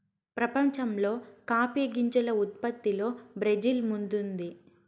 ప్రపంచంలో కాఫీ గింజల ఉత్పత్తిలో బ్రెజిల్ ముందుంది